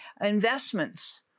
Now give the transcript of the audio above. investments